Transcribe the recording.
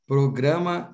Programa